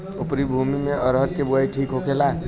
उपरी भूमी में अरहर के बुआई ठीक होखेला?